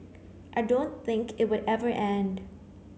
I don't think it will ever end